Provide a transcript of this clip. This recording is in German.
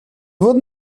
wurden